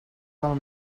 del